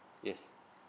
yes